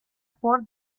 por